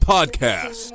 Podcast